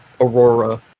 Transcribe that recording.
Aurora